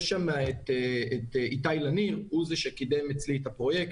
יש שם את איתי לניר שקידם את הפרויקט,